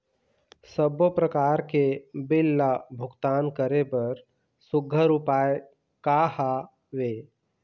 सबों प्रकार के बिल ला भुगतान करे बर सुघ्घर उपाय का हा वे?